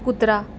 कुत्रा